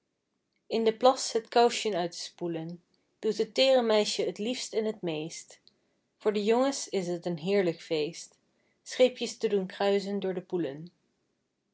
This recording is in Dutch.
in de plas het kousjen uit te spoelen doet het teere meisje t liefst en t meest voor de jongens is t een heerlijk feest scheepjes te doen kruisen door de poelen